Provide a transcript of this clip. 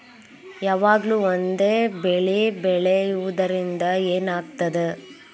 ಯಾವಾಗ್ಲೂ ಒಂದೇ ಬೆಳಿ ಬೆಳೆಯುವುದರಿಂದ ಏನ್ ಆಗ್ತದ?